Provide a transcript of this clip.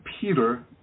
Peter